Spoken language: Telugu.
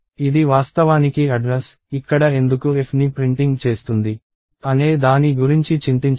ఇది వాస్తవానికి అడ్రస్ ఇక్కడ ఎందుకు f ని ప్రింటింగ్ చేస్తుంది అనే దాని గురించి చింతించకండి